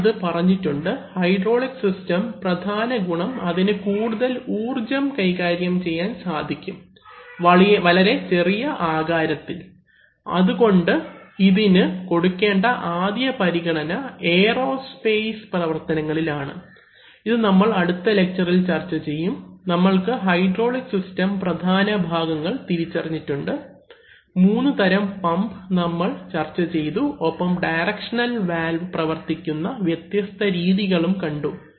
ഞാൻ ഇത് പറഞ്ഞിട്ടുണ്ട് ഹൈഡ്രോളിക് സിസ്റ്റം പ്രധാനഗുണം അതിന് കൂടുതൽ ഊർജ്ജം കൈകാര്യം ചെയ്യാൻ സാധിക്കും വളരെ ചെറിയ ആകാരത്തിൽ അതുകൊണ്ട് ഇതിന് കൊടുക്കേണ്ട ആദ്യപരിഗണന എയറോസ്പേസ് പ്രവർത്തനങ്ങളിലാണ് ഇത് നമ്മൾ അടുത്ത ലെക്ച്ചറിൽ ചർച്ച ചെയ്യും നമ്മൾ ഹൈഡ്രോളിക് സിസ്റ്റം പ്രധാനഭാഗങ്ങൾ തിരിച്ചറിഞ്ഞിട്ടുണ്ട് മൂന്ന് തരം പമ്പ് നമ്മൾ ചർച്ച ചെയ്തു ഒപ്പം ഡയറക്ഷണൽ വാൽവ് പ്രവർത്തിക്കുന്ന വ്യത്യസ്ത രീതികളും കണ്ടു